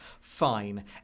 Fine